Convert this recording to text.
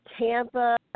Tampa